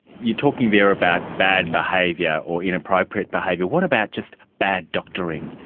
you're talking there about bad behaviour or inappropriate behaviour. what about just bad doctoring?